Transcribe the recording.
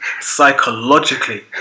psychologically